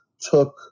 took